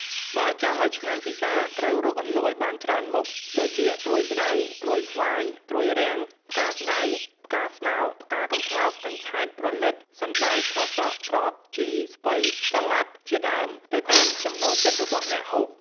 បើចង់ឱ្យឆ្ងាញ់ពិសា ត្រូវរកអន្លក់ឱ្យបានច្រើនមុខ ដូចជា ត្រួយស្ដៅ ត្រួយស្វាយ ត្រួយរាំង ផ្កាស្ដៅ ផ្កាស្នោ ផ្កាកំប្លោក កញ្ឆែត ព្រលិត សណ្ដែក ត្រសក់ ត្រប់ ជី ស្ពៃ សាលាដ ជាដើម ទៅតាមចំណូលចិត្តរបស់អ្នកហូប។